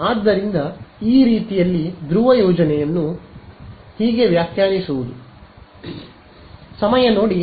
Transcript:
ಆದ್ದರಿಂದ ಈ ರೀತಿಯಲ್ಲಿ ಧ್ರುವ ಯೋಜನೆಯನ್ನು ಹೀಗೆ ವ್ಯಾಖ್ಯಾನಿಸುವುದು